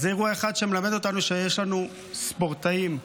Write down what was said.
אז זה אירוע אחד שמלמד אותנו שיש לנו ספורטאים מדהימים,